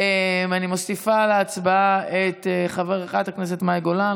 אני מוסיפה להצבעה את חברת הכנסת מאי גולן,